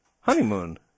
Honeymoon